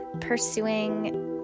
pursuing